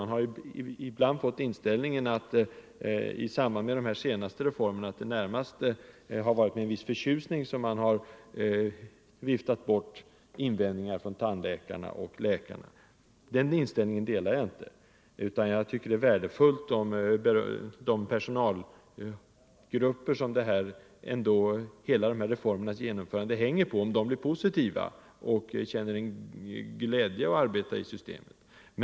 Man har ibland fått intrycket i samband med de senaste reformerna, att det närmast har varit med en viss förtjusning som invändningar från tandläkare och läkare har viftats bort. Den inställningen delar jag inte, utan jag tycker det är värdefullt om de personalgrupper, på vilkas medverkan hela dessa reformers genomförande hänger, blir positiva och med glädje arbetar i systemet.